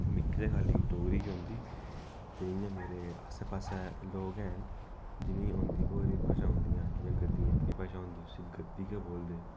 मिकी ते खाल्ली डोगरी गै औंदी ते इ'यां मेरे आसै पासै लोक हैन जिनेंई होंदी होर बी भाशां औंदियां न जियां गद्दी अपनी भाशा होंदी उसी गद्दी गै बोलदे